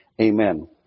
amen